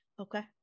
Okay